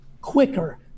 quicker